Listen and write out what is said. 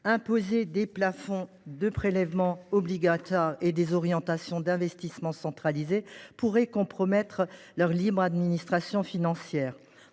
imposer des plafonds de prélèvements obligatoires et des orientations d’investissement centralisées pourrait compromettre leur libre administration financière.